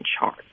chart